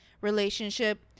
relationship